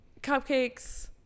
cupcakes